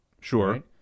Sure